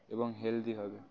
এবং হেলদি হবে